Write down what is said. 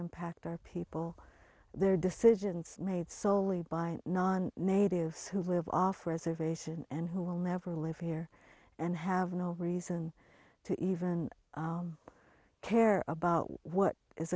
impact our people their decisions are made solely by non natives who live off reservation and who will never live here and have no reason to even care about what is